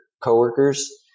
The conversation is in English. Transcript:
coworkers